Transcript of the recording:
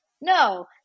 No